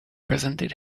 presented